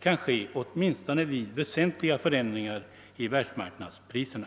kan ske, åtminstone vid väsentliga förändringar av världsmarknadspriserna.